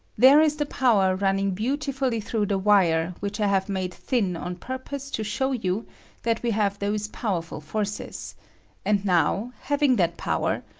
there is the power running beauti fully through the wire, which i have made thin on purpose to show you that we have those powerful forces and now, having that power,